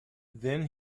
then